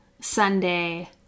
Sunday